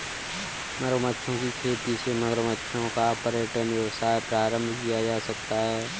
मगरमच्छों की खेती से मगरमच्छों का पर्यटन व्यवसाय प्रारंभ किया जा सकता है